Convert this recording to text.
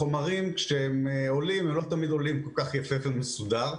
החומרים לא תמיד עולים כל-כך יפה ומסודר,